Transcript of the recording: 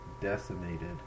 decimated